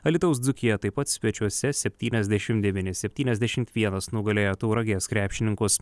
alytaus dzūkija taip pat svečiuose septyniasdešimt devyni septyniasdešimt vienas nugalėjo tauragės krepšininkus